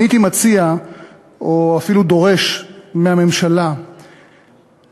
הייתי מציע או אפילו דורש מהממשלה להקים